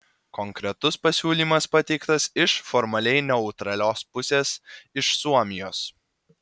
konkretus pasiūlymas pateiktas iš formaliai neutralios pusės iš suomijos